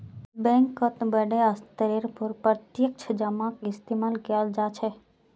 बैंकत बडे स्तरेर पर प्रत्यक्ष जमाक इस्तेमाल कियाल जा छे